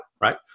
right